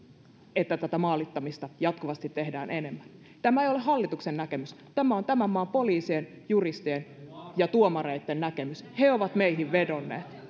että tätä maalittamista jatkuvasti tehdään enemmän tämä ei ole hallituksen näkemys tämä on tämän maan poliisien juristien ja tuomareitten näkemys he ovat meihin vedonneet